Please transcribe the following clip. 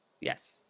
Yes